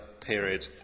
period